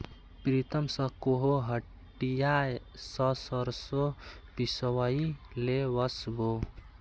प्रीतम स कोहो हटिया स सरसों पिसवइ ले वस बो